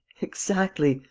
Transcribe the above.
exactly!